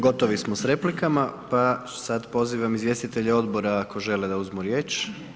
Gotovi smo s replikama pa sada pozivam izvjestitelje odbora ako žele uzeti riječ.